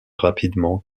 rapidement